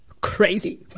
Crazy